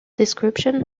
description